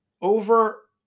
Over